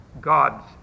God's